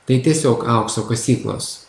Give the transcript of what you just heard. tai tiesiog aukso kasyklos